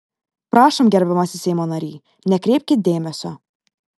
prašom gerbiamasis seimo nary nekreipkit dėmesio